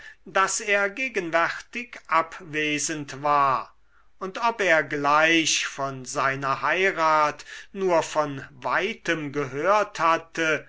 daß er gegenwärtig abwesend war und ob er gleich von seiner heirat nur von weitem gehört hatte